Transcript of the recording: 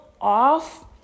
off